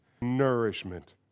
nourishment